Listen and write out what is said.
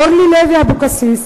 אורלי לוי אבקסיס,